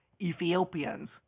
Ethiopians